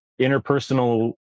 interpersonal